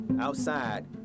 outside